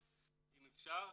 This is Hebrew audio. אם אפשר.